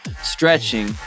stretching